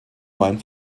main